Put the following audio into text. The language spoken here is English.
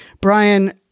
Brian